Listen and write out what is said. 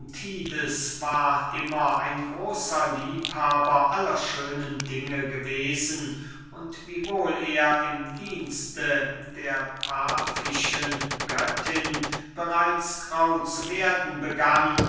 war immer ein großer liebhaber aller schönen dinge gewesen und wiewohl er im dienste der pafischen göttin bereits grau zu werden begann